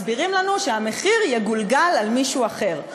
מסבירים לנו שהמחיר יגולגל על מישהו אחר.